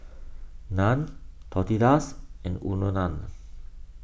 Naan Tortillas and Unadon